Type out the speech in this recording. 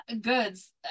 goods